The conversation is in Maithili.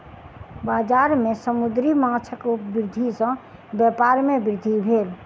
बजार में समुद्री माँछक वृद्धि सॅ व्यापार में वृद्धि भेल